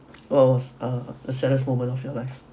of a a saddest moment of your life